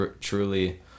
truly